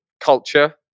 culture